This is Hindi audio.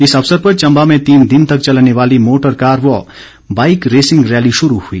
इस अवसर पर चम्बा में तीन दिन तक चलने वाली मोटर कार व बाईक रेसिंग रैली शुरू हुई